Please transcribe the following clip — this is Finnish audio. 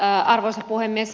arvoisa puhemies